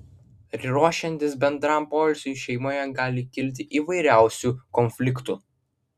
ruošiantis bendram poilsiui šeimoje gali kilti įvairiausių konfliktų